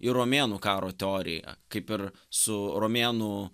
ir romėnų karo teoriją kaip ir su romėnų